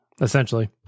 Essentially